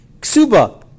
Ksuba